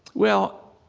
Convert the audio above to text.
well,